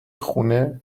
خونه